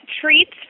treats